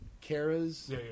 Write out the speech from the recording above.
Kara's